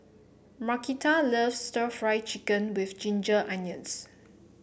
Markita loves stir Fry Chicken with Ginger Onions